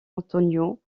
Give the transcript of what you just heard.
antonio